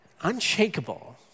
unshakable